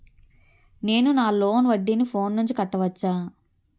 నేను నా లోన్ వడ్డీని ఫోన్ నుంచి కట్టవచ్చా?